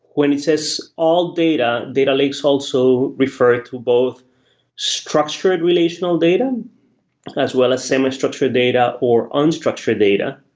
when it says all data, data lakes also refer to both structured relational data as well as semi structure data or unstructured data.